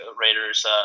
Raiders